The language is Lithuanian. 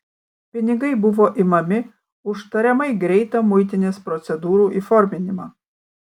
pinigai buvo imami už tariamai greitą muitinės procedūrų įforminimą